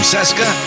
Seska